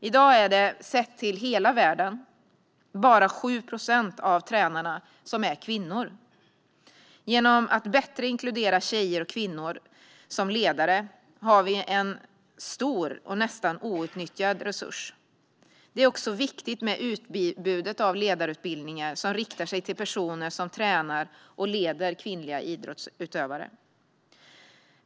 I dag är det, sett till hela världen, bara 7 procent av tränarna som är kvinnor. Genom att bättre inkludera tjejer och kvinnor som ledare har vi en stor och nästan outnyttjad resurs. Det är också viktigt med utbudet av ledarutbildningar som riktar sig till personer som tränar och leder kvinnliga idrottsutövare.